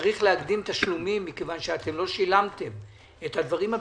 וצריך להקדים תשלומים מכיוון שאתם לא שילמתם את הדברים הבסיסיים.